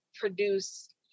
produce